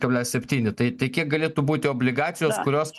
kablelis septyni tai tai kiek galėtų būti obligacijos kurios